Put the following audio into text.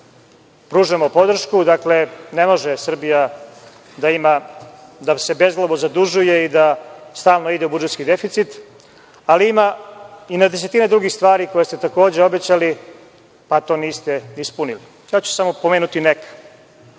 pružamo podršku. Dakle, ne može Srbija da se bezglavo zadužuje i da stalno ide u budžetski deficit, ali ima i na desetine drugih stvari koje ste takođe obećali, a to niste ispunili. Ja ću samo pomenuti